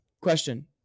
Question